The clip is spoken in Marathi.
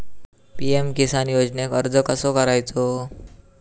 पी.एम किसान योजनेक अर्ज कसो करायचो?